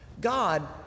God